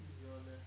你不喜欢 meh